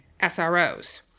SROs